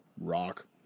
Rock